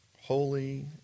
holy